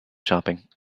shopping